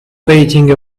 painting